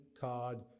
Todd